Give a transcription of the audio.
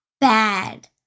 bad